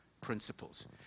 principles